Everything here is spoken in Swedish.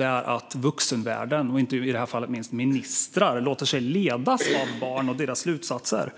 är att vuxenvärlden, i det här fallet ministrar, låter sig ledas av barn och deras slutsatser.